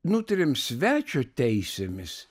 nutarėm svečio teisėmis